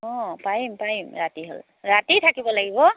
অঁ পাৰিম পাৰিম ৰাতি হ'লে ৰাতি থাকিব লাগিব